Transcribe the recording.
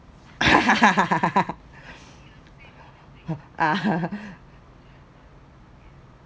uh